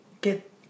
get